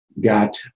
got